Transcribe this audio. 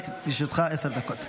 לרשותך עשר דקות.